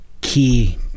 key